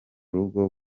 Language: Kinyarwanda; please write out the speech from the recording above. rugo